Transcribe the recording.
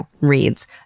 reads